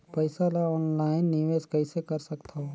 पईसा ल ऑनलाइन निवेश कइसे कर सकथव?